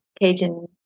Cajun